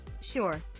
Sure